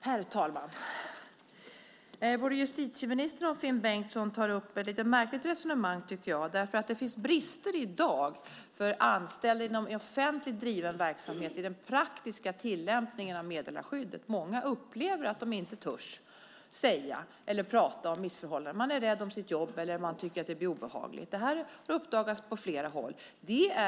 Herr talman! Både justitieministern och Finn Bengtsson tar upp ett lite märkligt resonemang. Det finns brister i dag för anställda inom offentligt driven verksamhet i den praktiska tillämpningen av meddelarskyddet. Många upplever att de inte törs tala om missförhållanden. Man är rädd om sitt jobb eller så tycker man att det blir obehagligt. Detta har uppdagats på flera håll.